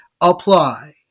apply